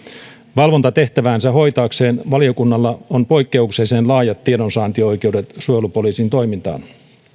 valvontatehtäväänsä hoitaakseen valiokunnalla on poikkeuksellisen laajat tiedonsaantioikeudet suojelupoliisin toimintaan